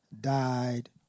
died